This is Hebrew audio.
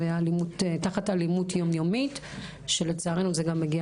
תחת אלימות יומיומית שלצערנו זה גם מגיע